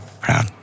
Proud